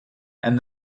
and